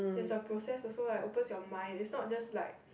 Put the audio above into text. is a process also right opens your mind is not just like